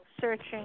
Searching